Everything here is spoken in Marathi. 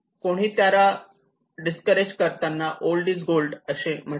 कोणीतरी त्याला डिस्करेज करताना ओल्ड इज गोल्ड असे म्हटले